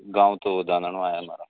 गाँव तो है हमारा